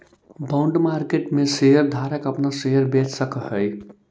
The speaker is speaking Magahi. बॉन्ड मार्केट में शेयर धारक अपना शेयर बेच सकऽ हई